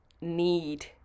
need